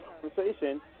conversation